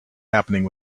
happening